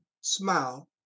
smile